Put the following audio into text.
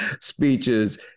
speeches